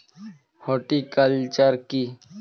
Horticulture কি?